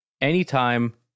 anytime